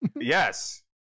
yes